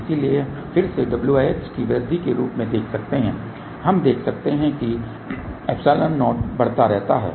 इसलिए हम फिर से wh की वृद्धि के रूप में देख सकते हैं हम देख सकते हैं कि ε0 बढ़ता रहता है